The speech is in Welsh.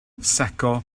secco